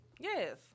Yes